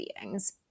beings